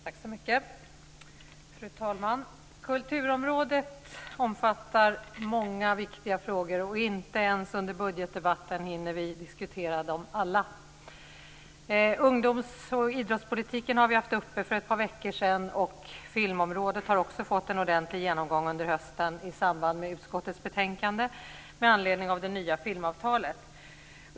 Fru talman! Kulturområdet omfattar många viktiga frågor, och inte ens under budgetdebatten hinner vi diskutera dem alla. Ungdoms och idrottspolitiken har vi haft uppe för ett par veckor sedan, och filmområdet har också fått en ordentlig genomgång under hösten i samband med utskottets betänkande med anledning av det nya filmavtalet.